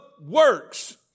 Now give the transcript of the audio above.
works